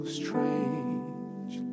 strange